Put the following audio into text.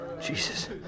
Jesus